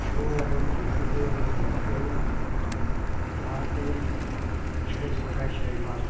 সেও এরকম তুলতে গিয়ে খুব কষ্ট হলো যা করে শেষ ভাঁটায় সেই মাছ